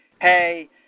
Hey